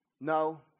No